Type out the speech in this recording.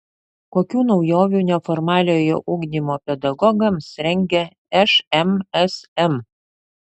kokių naujovių neformaliojo ugdymo pedagogams rengia šmsm